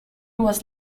was